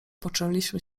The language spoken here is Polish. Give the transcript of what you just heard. poczęliśmy